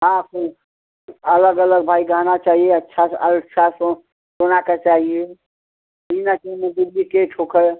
हाँ फिर अलग अलग भाई गहना चाहिए अच्छा अरे छा सो सोना का चाहिए ई ना केहना डुब्लिकेट होकर